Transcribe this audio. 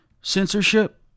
censorship